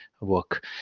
work